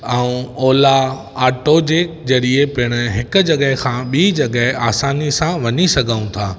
ऐं ओला ऑटो जे ज़रिए पिण हिकु जॻह खां ॿी जॻह ते आसानीअ सां वञी सघूं था